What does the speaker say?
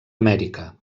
amèrica